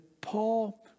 Paul